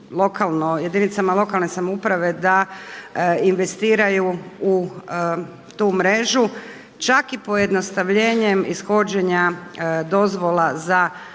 jedinicama lokalne samouprave da investiraju u tu mrežu. Čak i pojednostavljenjem ishođenja dozvola za prekope,